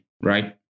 right